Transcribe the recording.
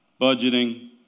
budgeting